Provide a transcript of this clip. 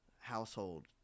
household